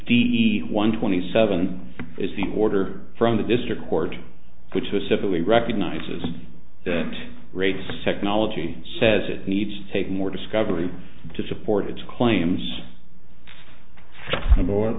d e one twenty seven is the order from the district court which was simply recognizes the great technology says it needs to take more discovery to support its claims